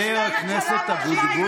ספרי לי איפה ארגוני הנשים,